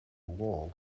wall